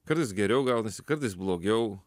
kartais geriau gaunasi kartais blogiau